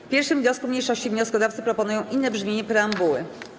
W 1. wniosku mniejszości wnioskodawcy proponują inne brzmienie preambuły.